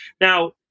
Now